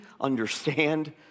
understand